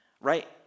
right